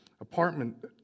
apartment